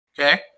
okay